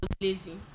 lazy